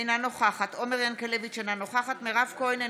אינה נוכחת עומר ינקלביץ' אינה נוכחת מירב כהן,